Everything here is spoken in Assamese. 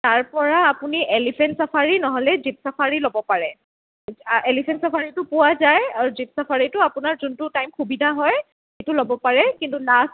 তাৰ পৰা আপুনি এলিফেন্ট চাফাৰী নহ'লে জীপ চাফাৰী ল'ব পাৰে এলিফেন্ট চাফাৰীটো পুৱা যায় আৰু জীপ চাফাৰীটো আপোনাৰ যোনটো টাইম সুবিধা হয় সেইটো ল'ব পাৰে কিন্তু লাষ্ট